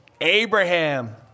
Abraham